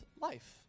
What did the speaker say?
life